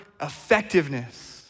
effectiveness